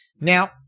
Now